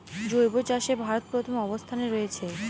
জৈব চাষে ভারত প্রথম অবস্থানে রয়েছে